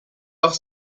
auch